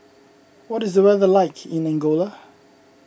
what is the weather like in Angola